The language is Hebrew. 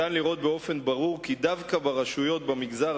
אפשר לראות באופן ברור כי דווקא ברשויות במגזר